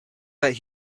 that